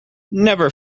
never